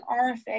RFA